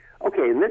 okay